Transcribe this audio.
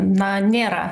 na nėra